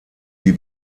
wie